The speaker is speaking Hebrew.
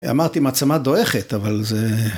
אמרתי מעצמה דועכת, אבל זה...